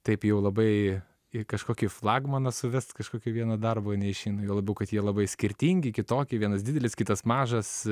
taip jau labai į kažkokį flagmaną suvest kažkokį vieno darbo neišeina juo labiau kad jie labai skirtingi kitokie vienas didelis kitas mažas